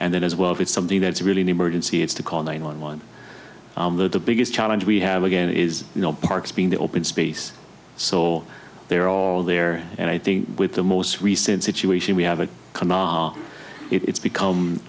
and then as well if it's something that's really an emergency it's to call nine one one the biggest challenge we have again is you know parks be in the open space so they're all there and i think with the most recent situation we have a come on it's become